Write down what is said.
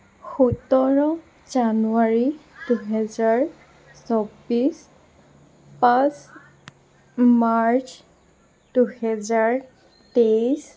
সোতৰ জানুৱাৰী দুহেজাৰ চৌবিছ পাঁচ মাৰ্চ দুহেজাৰ তেইছ